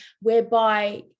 whereby